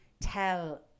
tell